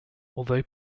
although